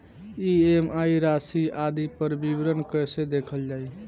EMI राशि आदि पर विवरण कैसे देखल जाइ?